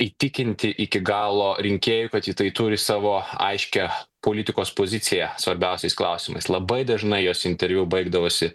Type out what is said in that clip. įtikinti iki galo rinkėjų kad ji tai turi savo aiškią politikos poziciją svarbiausiais klausimais labai dažnai jos interviu baigdavosi